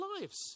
lives